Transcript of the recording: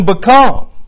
become